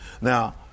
now